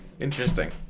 interesting